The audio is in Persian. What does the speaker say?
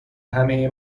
همه